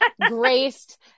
graced